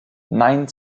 nein